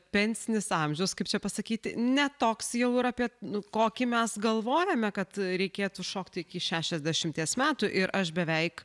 pensinis amžius kaip čia pasakyti ne toks jau ir apie kokį mes galvojame kad reikėtų šokti iki šešiasdešimties metų ir aš beveik